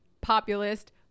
populist